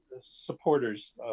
supporters